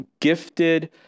gifted